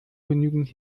genügend